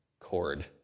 cord